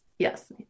Yes